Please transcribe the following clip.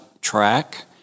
track